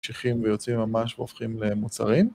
‫ממשיכים ויוצאים ממש והופכים למוצרים.